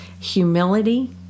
humility